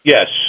Yes